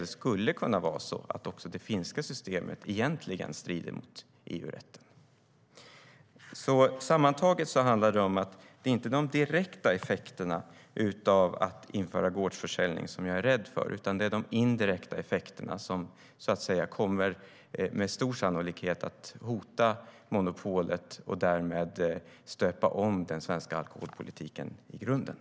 Det skulle kunna vara så att också det finska systemet egentligen strider mot EU-rätten.